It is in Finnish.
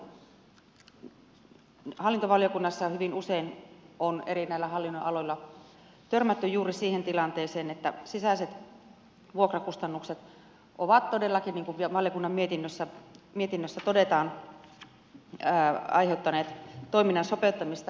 hallintovaliokunnassa hyvin usein on näillä eri hallinnonaloilla törmätty juuri siihen tilanteeseen että sisäiset vuokrakustannukset ovat todellakin niin kuin valiokunnan mietinnössä todetaan aiheuttaneet toiminnan sopeuttamista